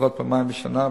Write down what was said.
לפחות פעמיים בשנה,